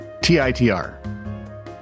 T-I-T-R